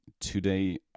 today